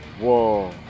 Whoa